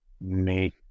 make